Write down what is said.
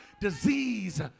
disease